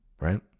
right